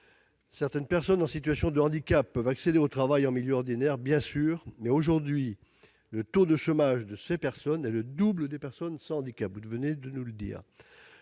Certaines personnes en situation de handicap peuvent accéder au travail en milieu ordinaire, bien sûr, mais aujourd'hui, le taux de chômage de ces personnes est le double des personnes sans handicap, comme vous l'avez